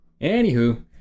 Anywho